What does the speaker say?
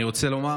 אני רוצה לומר